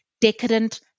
decadent